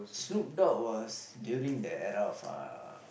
Snoop Dog was during that era of a